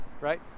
right